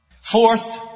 Fourth